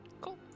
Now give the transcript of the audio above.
Cool